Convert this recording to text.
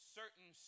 certain